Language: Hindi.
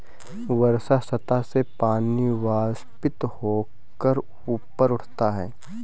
वर्षा सतह से पानी वाष्पित होकर ऊपर उठता है